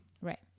Right